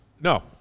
No